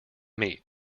meat